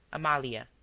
amalia.